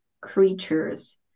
creatures